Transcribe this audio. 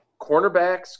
Cornerbacks